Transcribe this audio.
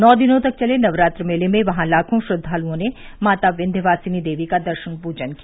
नौ दिनों तक चले नवरात्र मेले में वहां लाखों श्रद्वालुओं ने माता विस्यवासिनी देवी का दर्शन पूजन किया